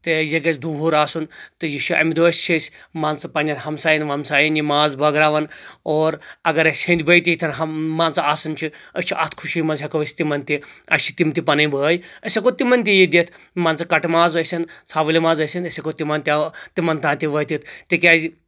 تہٕ یہِ گژھہِ دُوُہر آسُن تہِ یہِ چھِ امہِ دۄہ چھِ أسۍ مان ژٕ پننٮ۪ن ہمساین ومساین یہِ ماز بٲگراوان اور اگر اسہِ ہنٛدۍ بٲے تہِ یتھن ہم مان ژٕ آسان چھِ أسۍ چھِ اتھ خوشی منٛز ہیٚکو أسۍ تِمَن تہِ اسہِ چھِ تِم تہِ پنٕنۍ بٲے أسۍ ہیٚکو تِمن تہِ یہِ دِتھ مان ژٕ کٹہٕ ماز ٲسِن ژھاوٕلۍ ماز ٲسِن أسۍ ہیٚکو تِمن تام تہِ وٲتتھ تِکیازِ